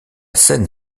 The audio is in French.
scène